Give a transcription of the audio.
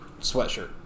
sweatshirt